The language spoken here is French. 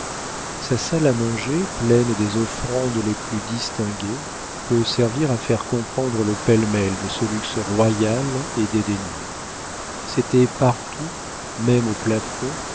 sa salle à manger pleine des offrandes les plus distinguées peut servir à faire comprendre le pêle-mêle de ce luxe royal et dédaigneux c'étaient partout même au plafond